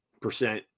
percent